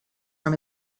from